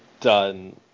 done